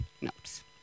notes